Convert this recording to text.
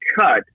cut